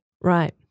right